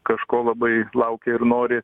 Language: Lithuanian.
kažko labai laukia ir nori